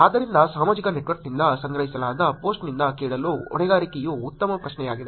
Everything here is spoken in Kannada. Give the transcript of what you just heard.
ಆದ್ದರಿಂದ ಸಾಮಾಜಿಕ ನೆಟ್ವರ್ಕ್ನಿಂದ ಸಂಗ್ರಹಿಸಲಾದ ಪೋಸ್ಟ್ನಿಂದ ಕೇಳಲು ಹೊಣೆಗಾರಿಕೆಯು ಉತ್ತಮ ಪ್ರಶ್ನೆಯಾಗಿದೆ